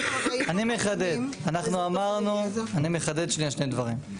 אז בוא נגדיר שוב, אני מחדד שני דברים.